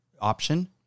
option